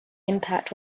impact